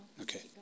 Okay